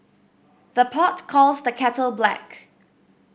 the pot calls the kettle black